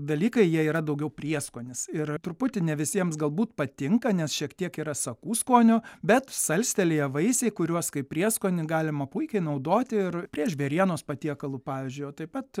dalykai jie yra daugiau prieskonis ir truputį ne visiems galbūt patinka nes šiek tiek yra sakų skonio bet salstelėję vaisiai kuriuos kaip prieskonį galima puikiai naudoti ir prie žvėrienos patiekalų pavyzdžiui o taip pat